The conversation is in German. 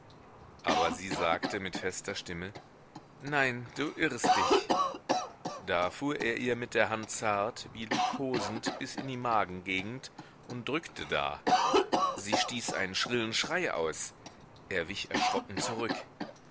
aber sie sagte mit fester stimme nein du irrst dich da fuhr er ihr mit der hand zart wie liebkosend bis in die magengegend und drückte da sie stieß einen schrillen schrei aus er wich erschrocken zurück